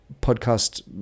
podcast